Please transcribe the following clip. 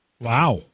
Wow